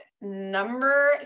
number